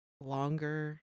longer